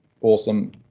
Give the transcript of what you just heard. awesome